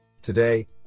Today